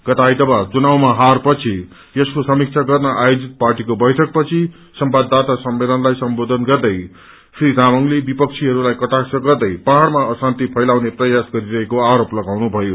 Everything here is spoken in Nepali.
गत आइतबार चुनावमा हारपछि यसको समीक्षा गर्न आयोजित पार्टीको बैठकपछि संवाददाता सम्मेलनलाई सम्बोधन गर्दै श्री तामंगले विपक्षीदलहरूलाई कटाक्ष गर्दै पङ्मा अशान्ति फैलाउने प्रयास गरिरहेको आरोप लागाउनु भयो